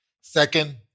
Second